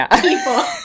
people